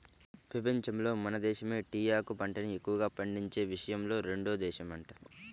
పెపంచంలోనే మన దేశమే టీయాకు పంటని ఎక్కువగా పండించే విషయంలో రెండో దేశమంట